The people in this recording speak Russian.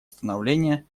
становления